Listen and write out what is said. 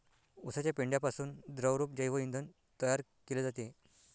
उसाच्या पेंढ्यापासून द्रवरूप जैव इंधन तयार केले जाते